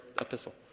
epistle